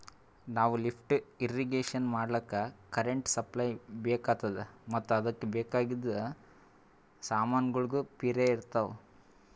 ನಾವ್ lift irrigation ಮಾಡ್ಲಕ್ಕ್ current supply ಬೆಕಾತದ್ ಮತ್ತ್ ಅದಕ್ಕ್ ಬೇಕಾಗಿದ್ ಸಮಾನ್ಗೊಳ್ನು ಪಿರೆ ಇರ್ತವ್